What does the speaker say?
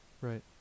Right